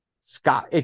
Scott